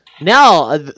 Now